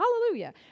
hallelujah